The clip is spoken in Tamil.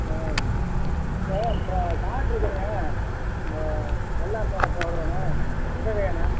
ஆ இந்த இப்போ இப்போ காடு இருக்குதுங்க இந்த வெள்ளாமை ஒன்று போடணும் விதை வேணும்